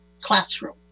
classroom